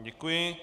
Děkuji.